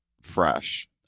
fresh